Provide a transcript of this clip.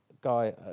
guy